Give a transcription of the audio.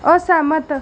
असैह्मत